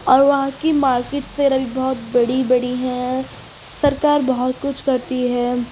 اور وہاں کی مارکیٹس بہت بڑی بڑی ہیں سرکار بہت کچھ کرتی ہے